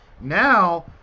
Now